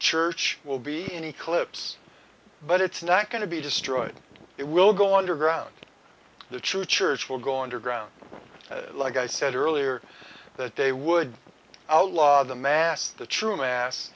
church will be any clips but it's not going to be destroyed it will go underground the true church will go underground like i said earlier that they would outlaw the mass the true ma